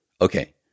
Okay